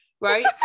Right